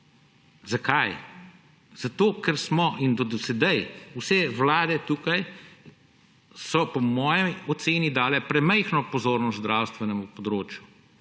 Zakaj? Zato ker smo in so do sedaj vse vlade tukaj po moji oceni dale premajhno pozornost zdravstvenemu področju.